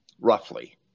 roughly